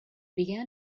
began